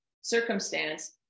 circumstance